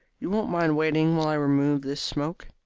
you won't mind waiting while i remove this smoke?